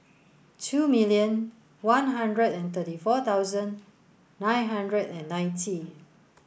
two million one hundred and thirty four thousand nine hundred and ninety